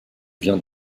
vient